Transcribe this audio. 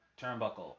turnbuckle